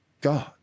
God